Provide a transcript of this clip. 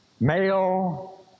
male